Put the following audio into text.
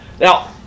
Now